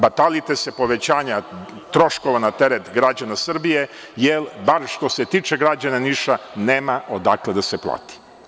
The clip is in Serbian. Batalite se povećanja troškova na teret građana Srbije, jer, bar što se tiče građana Niša, nema odakle da se plati.